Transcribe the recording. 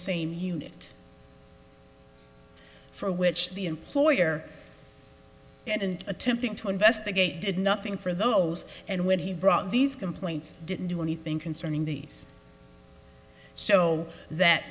same unit for which the employer and attempting to investigate did nothing for those and when he brought these complaints didn't do anything concerning these so that